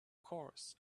course